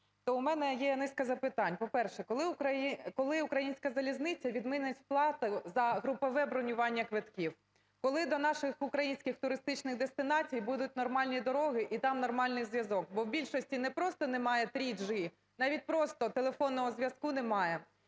то у мене низка запитань. По-перше, коли "Українська залізниця" відмінить сплату за групове бронювання квитків? Коли до наших українських туристичних дестинацій будуть нормальні дороги і там нормальний зв'язок? Бо в більшості не просто немає 3G, навіть просто телефонного зв'язку немає.